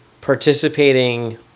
participating